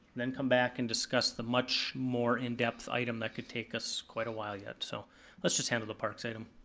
then come back and discuss the much more in depth item that could take us quite a while yet, so let's just handle the parks item.